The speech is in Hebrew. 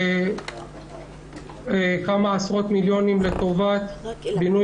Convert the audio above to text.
עוד כמה עשרות מיליונים לטובת בינוי